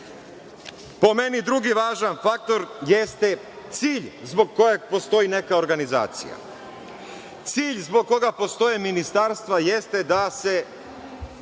Po meni, drugi važan faktor jeste cilj zbog kojeg postoji neka organizacija. Cilj zbog koga postoje ministarstva jeste da se